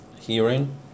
hearing